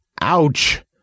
Ouch